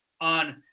on